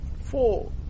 Four